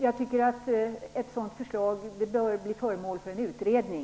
Jag tycker att ett sådant förslag bör bli föremål för en utredning.